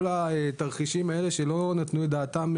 התרחישים שקודם לא נתנו עליהם את הדעת.